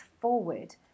forward